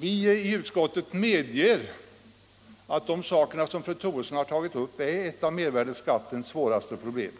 i utskottet medger att handeln med begagnade varor är ett av mervärdeskattens svåraste problem.